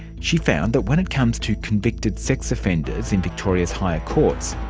she found that when it comes to convicted sex offenders in victoria's higher courts,